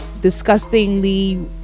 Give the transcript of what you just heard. Disgustingly